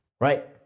right